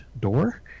door